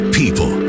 people